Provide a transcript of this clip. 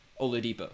Oladipo